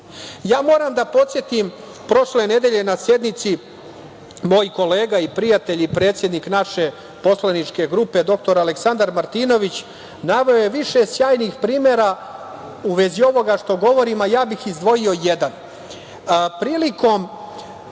vlast. Moram da podsetim, prošle nedelje na sednici moj kolega i prijatelj, predsednik naše poslaničke grupe, dr Aleksandar Martinović naveo je više sjajnih primera u vezi ovoga što govorim, a ja bih izdvojio